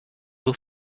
will